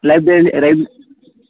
library ಲೈಬ್